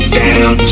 down